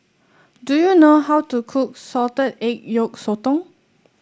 do you know how to cook Salted Egg Yolk Sotong